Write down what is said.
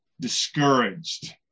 discouraged